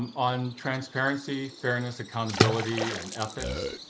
um on transparency fairness accountability and ethics.